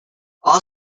all